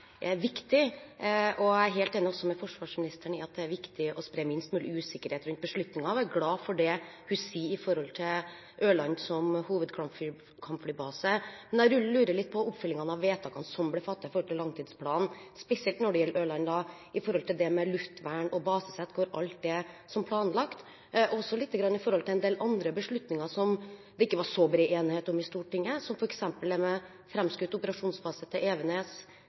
viktig. Jeg er også enig med forsvarsministeren i at det er viktig å spre minst mulig usikkerhet rundt beslutningene og er glad for det hun sier om Ørland som hovedkampflybase. Men jeg lurer litt på oppfølgingen av vedtakene som ble fattet i forbindelse med langtidsplanen, spesielt når det gjelder Ørland med tanke på luftvern og basesett hvor alt er som planlagt, og også når det gjelder en del andre beslutninger som det ikke var så bred enighet om i Stortinget, som f.eks. framskutt operasjonsbase på Evenes, nedleggelse av Rygge flystasjon, nedleggelse av Mågerø og flytting av generalinspektøren til